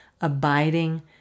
abiding